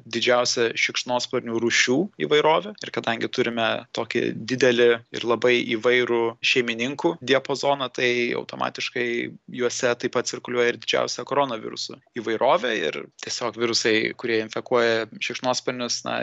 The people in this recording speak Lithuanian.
didžiausia šikšnosparnių rūšių įvairovė ir kadangi turime tokį didelį ir labai įvairų šeimininkų diapazoną tai automatiškai juose taip pat cirkuliuoja ir didžiausia koronavirusų įvairovė ir tiesiog virusai kurie infekuoja šikšnosparnius na